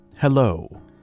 Hello